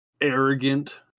arrogant